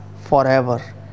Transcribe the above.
forever